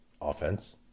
offense